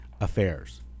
affairs